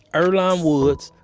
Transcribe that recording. earlonne woods,